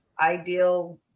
ideal